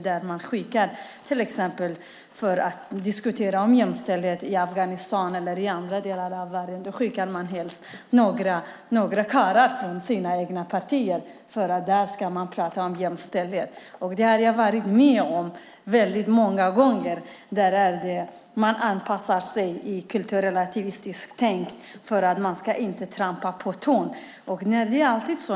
När man till exempel ska diskutera jämställdhet i Afghanistan eller i andra delar av världen skickar man helst några karlar från sina egna partier att tala om jämställdhet. Jag har många gånger varit med om att man anpassar sig i kulturrelativistiskt tänkande för att inte trampa någon på tårna.